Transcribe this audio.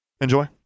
Enjoy